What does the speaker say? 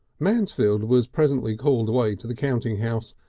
mansfield was presently called away to the counting house,